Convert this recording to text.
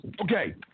Okay